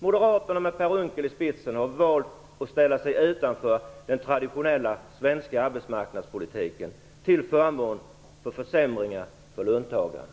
Moderaterna med Per Unckel i spetsen har valt att ställa sig utanför den traditionella svenska arbetsmarknadspolitiken till förmån för försämringar för löntagarna.